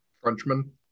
Frenchman